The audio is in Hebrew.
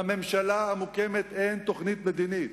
לממשלה המוקמת אין תוכנית מדינית.